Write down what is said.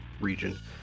region